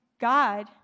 God